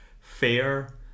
fair